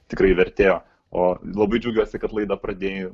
tikrai vertėjo o labai džiaugiuosi kad laidą pradėjai